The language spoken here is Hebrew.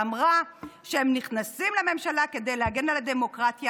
ואמרה שהם נכנסים לממשלה כדי להגן על הדמוקרטיה,